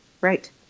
Right